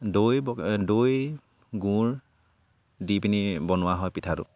দৈ দৈ গুৰ দি পিনি বনোৱা হয় পিঠাটো